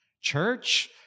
Church